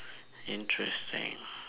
interesting